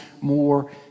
more